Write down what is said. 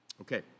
Okay